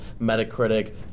Metacritic